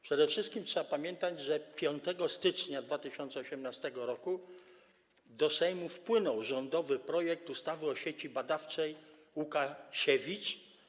Przede wszystkim trzeba pamiętać, że 5 stycznia 2018 r. do Sejmu wpłynął rządowy projekt ustawy o Sieci Badawczej: Łukasiewicz.